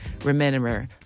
Remember